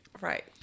Right